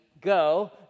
go